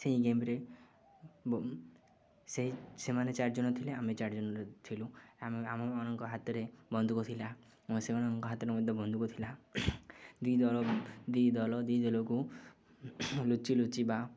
ସେହି ଗେମ୍ରେ ସେହି ସେମାନେ ଚାରି ଜଣ ଥିଲେ ଆମେ ଚାରି ଜଣରେ ଥିଲୁ ଆମେ ଆମମାନଙ୍କ ହାତରେ ବନ୍ଧୁକ ଥିଲା ସେମାନଙ୍କ ହାତରେ ମଧ୍ୟ ବନ୍ଧୁକ ଥିଲା ଦି ଦଳ ଦି ଦଳ ଦି ଦଲକୁ ଲୁଚିିଲୁଚି ବା